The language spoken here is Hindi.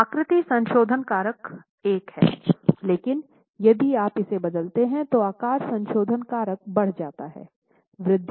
आकृति संशोधन कारक 1 है लेकिन यदि आप इसे बदलते हैं तो आकार संशोधन कारक बढ़ जाता है